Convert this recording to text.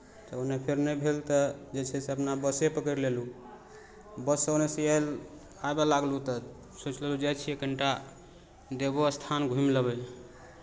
तऽ ओन्नऽ फेर नहि भेल तऽ जे छै से अपना बसे पकड़ि लेलहुँ बससँ ओन्नऽ सँ आयल आबय लागलहुँ तऽ सोचि लेलहुँ जाइ छी कनि टा देवो स्थान घुमि लेबै